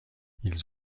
ils